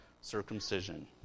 circumcision